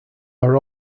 are